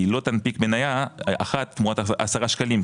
היא לא תנפיק מנייה אחת תמורת 10 שקלים,